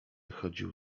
chodził